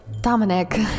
Dominic